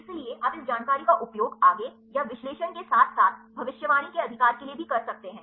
इसलिए आप इस जानकारी का उपयोग आगे या विश्लेषण के साथ साथ भविष्यवाणी के अधिकार के लिए भी कर सकते हैं